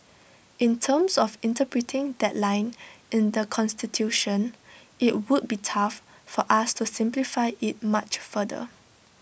in terms of interpreting that line in the Constitution IT would be tough for us to simplify IT much further